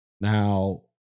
Now